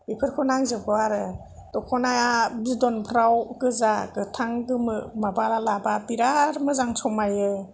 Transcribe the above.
बेफोरखौ नांजोबगौ आरो दख'ना बिदनफ्राव गोजा गोथां गोमो माबा लाबा बिराद मोजां समायो